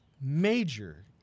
major